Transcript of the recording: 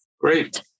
great